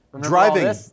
Driving